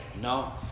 no